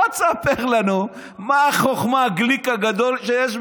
בוא תספר לנו מה החוכמה, הגליק הגדול שיש בך,